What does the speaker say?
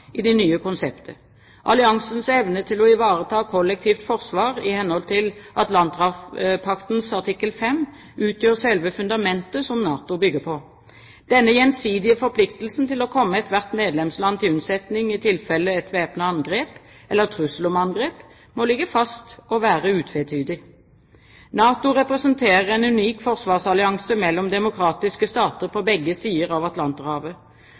i det nye konseptet. Alliansens evne til å ivareta kollektivt forsvar i henhold til Altanterhavspaktens artikkel 5 utgjør selve fundamentet som NATO bygger på. Denne gjensidige forpliktelsen til å komme ethvert medlemsland til unnsetning i tilfelle et væpnet angrep, eller trussel om angrep, må ligge fast og være utvetydig. NATO representerer en unik forsvarsallianse mellom demokratiske stater på begge sider av Atlanterhavet.